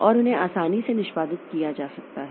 और उन्हें आसानी से निष्पादित किया जा सकता है